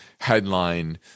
headline